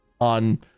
on